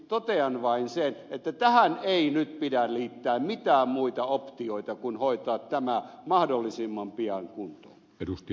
totean vain sen että tähän ei nyt pidä liittää mitään muita optioita kuin hoitaa tämä mahdollisimman pian kuntoon